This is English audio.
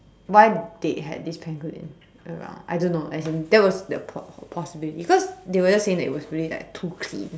why they had this pangolin well I don't know as in that was the the po~ possibility because they were saying that it was really like too clean